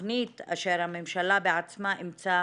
התכנית אשר הממשלה בעצמה אימצה